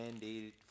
mandated